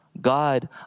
God